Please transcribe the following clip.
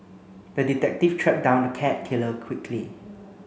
the detective tracked down the cat killer quickly